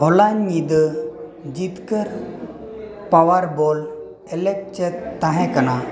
ᱦᱚᱞᱟ ᱧᱤᱫᱟᱹ ᱡᱤᱛᱠᱟᱹᱨ ᱯᱟᱣᱟᱨᱵᱚᱞ ᱮᱞᱮᱠ ᱪᱮᱫ ᱛᱟᱦᱮᱸᱠᱟᱱᱟ